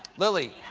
lily.